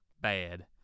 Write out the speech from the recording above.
bad